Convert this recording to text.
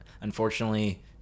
Unfortunately